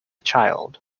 child